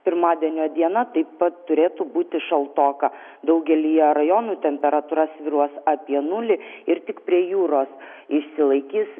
pirmadienio diena taip pat turėtų būti šaltoka daugelyje rajonų temperatūra svyruos apie nulį ir tik prie jūros išsilaikys